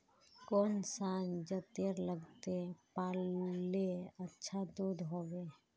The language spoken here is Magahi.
कौन सा जतेर लगते पाल्ले अच्छा दूध होवे?